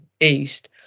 East